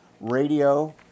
radio